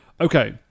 Okay